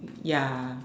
ya